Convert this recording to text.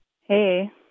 Hey